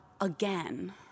again